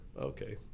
okay